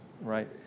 right